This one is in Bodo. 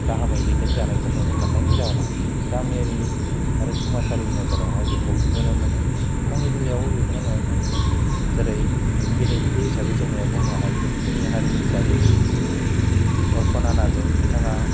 गाहामै दैदेन जानायनि मोन्नायनि जाउनाव गामियारि आरो समाजारि नोजोराव हाय बिखौ नुनो मोनो आंनि बेलायावबो बेखौनो नुनो मोनदों जेरै बिदिन्थि हिसाबै जोंनिया बुंनो हायो जोंनि हारि हिसाबै अपुरना नार्जारि बिथाङा